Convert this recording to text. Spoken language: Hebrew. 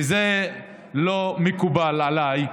וזה לא מקובל עליי.